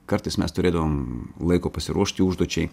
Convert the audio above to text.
kartais mes turėdavom laiko pasiruošti užduočiai